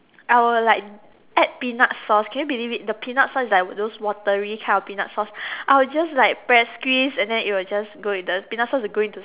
I will like add peanut sauce can you believe it the peanut sauce is like those watery kind of peanut sauce I'll just like press squeeze and then it will just go in the the peanut sauce will go into